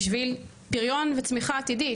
בשביל פריון וצמיחה עתידית,